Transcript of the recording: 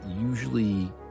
usually